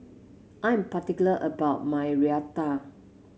I'm particular about my Raita